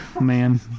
man